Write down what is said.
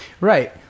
Right